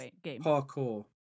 parkour